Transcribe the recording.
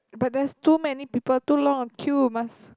but there's too many people too long a queue must